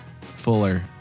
Fuller